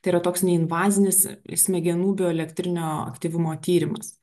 tai yra toks neinvazinis smegenų bioelektrinio aktyvumo tyrimas